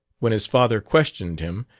when his father questioned him,